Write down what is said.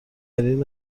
این